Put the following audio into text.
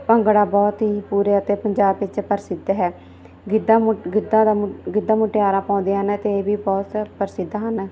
ਭੰਗੜਾ ਬਹੁਤ ਹੀ ਪੂਰੇ ਅਤੇ ਪੰਜਾਬ ਵਿੱਚ ਪ੍ਰਸਿੱਧ ਹੈ ਗਿੱਧਾ ਮੁਟ ਗਿੱਧਾ ਦਾ ਮੁਟ ਗਿੱਧਾ ਮੁਟਿਆਰਾਂ ਪਾਉਂਦੀਆਂ ਹਨ ਅਤੇ ਇਹ ਵੀ ਬਹੁਤ ਪ੍ਰਸਿੱਧ ਹਨ